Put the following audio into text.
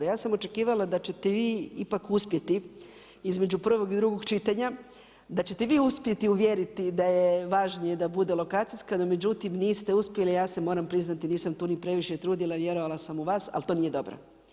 Ja sam očekivala da ćete vi ipak uspjeti između prvog i drugog čitanja, da ćete vi uspjeti uvjeriti da je važnije da bude lokacijska, no međutim niste uspjeli, ja se moram priznati, nisam tu ni previše trudila, vjerovala sam u vas, al to nije dobro.